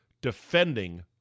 defending